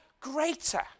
greater